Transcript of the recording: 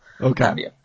Okay